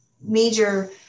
major